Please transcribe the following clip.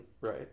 Right